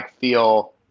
feel –